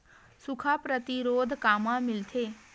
सुखा प्रतिरोध कामा मिलथे?